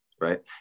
right